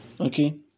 Okay